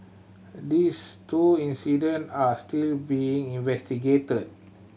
these two incident are still being investigated